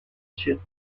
sûrs